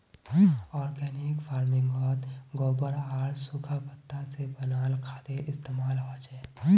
organic फर्मिन्गोत गोबर आर सुखा पत्ता से बनाल खादेर इस्तेमाल होचे